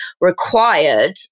required